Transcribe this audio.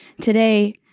Today